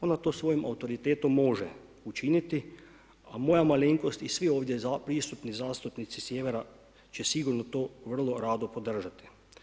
Ona to svojim autoritetom može učiniti, a moja malenkost i svi ovdje prisutni zastupnici sjevera će sigurno to vrlo rado podržati.